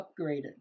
upgraded